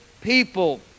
people